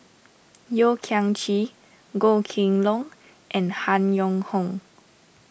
Yeo Kian Chye Goh Kheng Long and Han Yong Hong